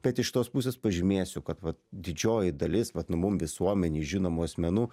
bet iš tos pusės pažymėsiu kad vat didžioji dalis vat nu mum visuomenei žinomų asmenų